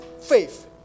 faith